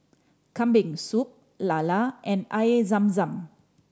Kambing Soup lala and Air Zam Zam